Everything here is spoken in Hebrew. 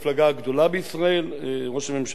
ראש הממשלה מייצג את הממשלה,